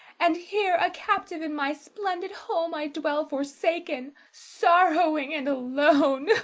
and here a captive in my splendid home i dwell forsaken, sorrowing and alone